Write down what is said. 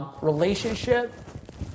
Relationship